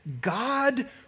God